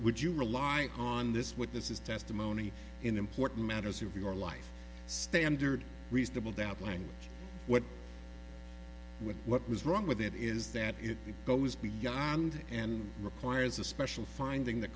would you rely on this with this is testimony in important matters of your life standard reasonable doubt language what what was wrong with it is that it goes beyond and requires a special finding that